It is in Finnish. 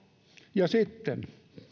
ja sitten